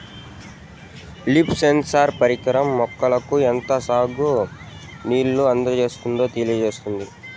leaf sensor పరికరం మొక్కలకు ఎంత సాగు నీళ్ళు అందించాలో ముందే తెలియచేత్తాది